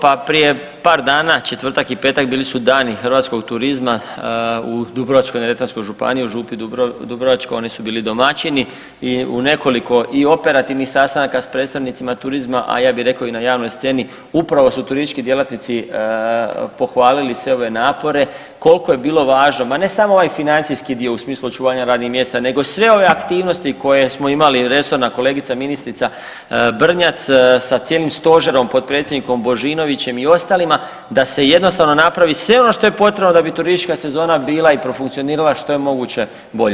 Pa prije par dana četvrtak i petak bili su Dani hrvatskog turizma u Dubrovačko-neretvanskoj županiji u Župi Dubrovačkoj oni su bili domaćini i u nekoliko i operativnih sastanaka s predstavnicima turizma, a ja bi rekao i na javnoj sceni upravo su turistički djelatnici pohvalili sve ove napore koliko je bilo važno, ma ne samo ovaj financijski dio u smislu očuvanja radnih mjesta nego sve ove aktivnosti koje smo imali resorna kolegica ministrica Brnjac sa cijelim stožerom, potpredsjednikom Božinovićem i ostalima da se jednostavno napravi sve ono što je potrebno da bi turistička sezona bila i profunkcionirala što je moguće bolje.